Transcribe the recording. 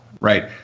right